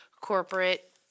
corporate